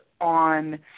on